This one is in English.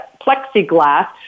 plexiglass